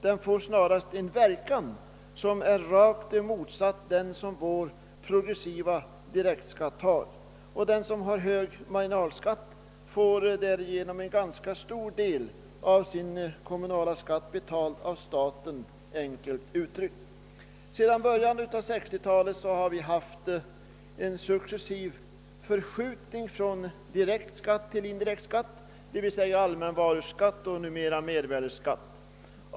Den får snarast en verkan som är rakt motsatt den som vår progressiva direkta skatt har. Den som har hög marginalskatt får därigenom — enkelt uttryckt — en ganska stor del av sin kommunalskatt betald av staten. Sedan början av 1960-talet har vi haft en successiv förskjutning från direkt skatt till indirekt skatt, d. v. s. allmän varuskatt och numera mervärdeskatt.